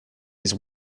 his